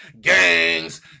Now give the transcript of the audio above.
gangs